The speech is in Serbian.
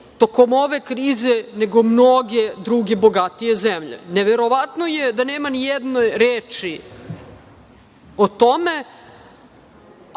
tokom ove krize nego mnoge druge bogatije zemlje. Neverovatno je da nema nijedne reči o tome,